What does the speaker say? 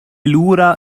lura